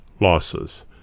losses